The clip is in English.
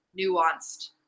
nuanced